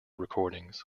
recordings